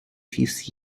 fifth